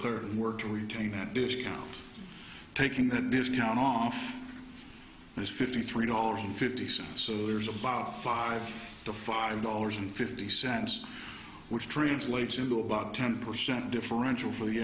clerk at work to retain that discount taking that discount off as fifty three dollars and fifty cents so there's a bought five to five dollars and fifty cents which translates into about ten percent differential for the